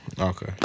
Okay